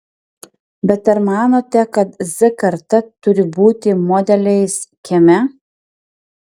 bet ar manote kad z karta turi būti modeliais kieme